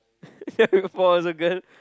for was a girl